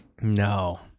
no